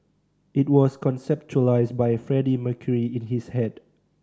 it was conceptualised by Freddie Mercury in his head